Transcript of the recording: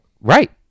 Right